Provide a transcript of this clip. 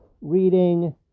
reading